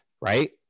Right